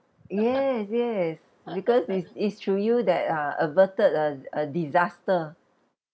yes yes because it's it's through you that uh averted a a disaster